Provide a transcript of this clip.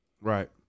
right